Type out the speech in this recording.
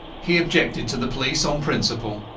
he objected to the police on principle.